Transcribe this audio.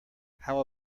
how